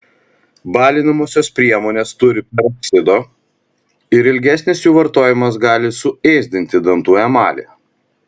balinamosios priemonės turi peroksido ir ilgesnis jų vartojimas gali suėsdinti dantų emalį